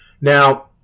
Now